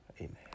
Amen